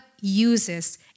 uses